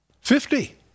Fifty